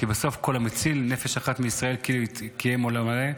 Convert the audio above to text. כי בסוף כל המציל נפש אחת מישראל כאילו קיים עולם מלא,